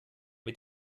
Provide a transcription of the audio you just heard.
mit